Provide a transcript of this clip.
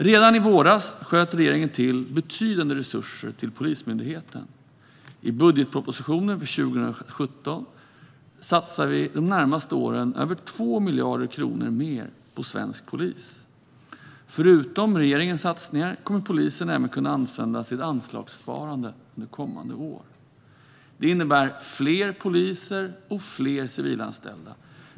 Redan i våras sköt regeringen till betydande resurser till Polismyndigheten. I budgetpropositionen för 2017 satsar vi de närmaste åren över 2 miljarder kronor mer på svensk polis. Förutom regeringens satsningar kommer polisen även att kunna använda sitt anslagssparande under kommande år. Det innebär fler poliser och fler civilanställda.